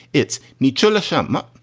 it's nichel sharma.